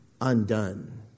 undone